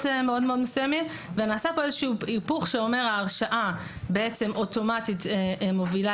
מאוד מאוד מסוימים נעשה כאן איזשהו היפוך שאומר שההרשעה אוטומטית מובילה